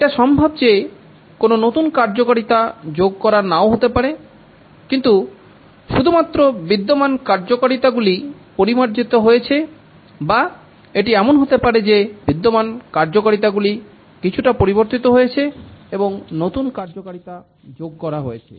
এটা সম্ভব যে কোন নতুন কার্যকারিতা যোগ করা নাও হতে পারে কিন্তু শুধুমাত্র বিদ্যমান কার্যকারিতাগুলি পরিমার্জিত হয়েছে বা এটি এমন হতে পারে যে বিদ্যমান কার্যকারিতাগুলি কিছুটা পরিবর্তিত হয়েছে এবং নতুন কার্যকারিতা যোগ করা হয়েছে